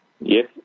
yes